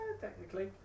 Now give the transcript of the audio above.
Technically